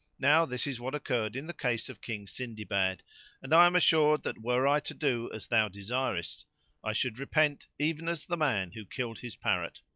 now this is what occurred in the case of king sindibad and i am assured that were i to do as thou desirest i should repent even as the man who killed his parrot.